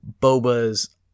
Boba's